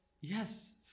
yes